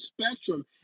spectrum